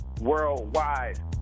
worldwide